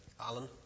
Alan